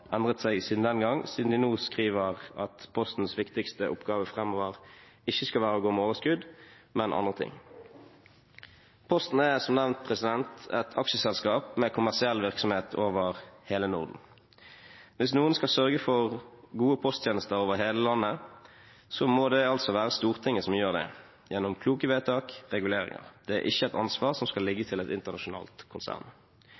endret seg siden den gangen, siden de nå skriver at Postens viktigste oppgave framover ikke skal være å gå med overskudd, men andre ting. Posten er som nevnt et aksjeselskap med kommersiell virksomhet over hele Norden. Hvis noen skal sørge for gode posttjenester over hele landet, må det altså være Stortinget som gjør det gjennom kloke vedtak og reguleringer. Det er ikke et ansvar som skal